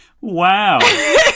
Wow